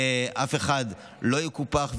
אף אחד לא יקופח,